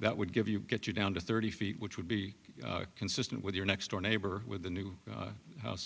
that would give you get you down to thirty feet which would be consistent with your next door neighbor with a new house